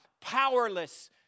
powerless